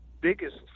biggest